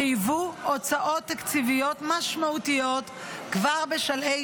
חייבו הוצאות תקציביות משמעותיות כבר בשלהי